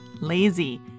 Lazy